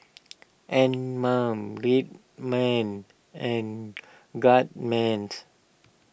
Anmum Red Man and Guardsman's